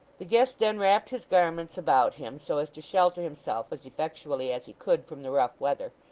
the guest then wrapped his garments about him so as to shelter himself as effectually as he could from the rough weather,